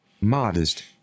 Modest